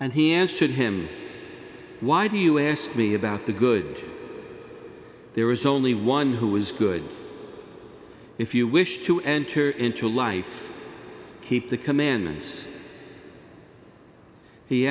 and he answered him why do you ask me about the good there was only one who was good if you wish to enter into life keep the command